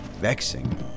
vexing